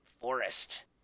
forest